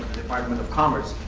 department of commerce,